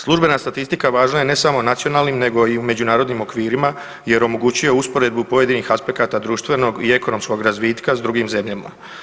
Službena statistika važna je, ne samo nacionalnim nego i u međunarodnim okvirima, jer omogućuje usporedbu pojedinih aspekata društvenog i ekonomskog razvitka s drugim zemljama.